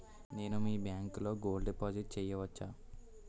నేను మీ బ్యాంకులో గోల్డ్ డిపాజిట్ చేయవచ్చా?